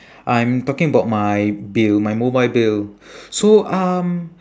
I'm talking about my bill my mobile bill so um